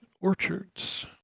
Orchards